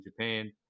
Japan